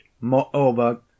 moreover